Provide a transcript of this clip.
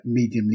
mediumly